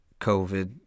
COVID